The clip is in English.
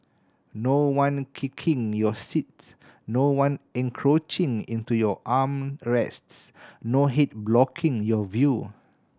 no one kicking your seats no one encroaching into your arm rests no head blocking your view